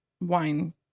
wine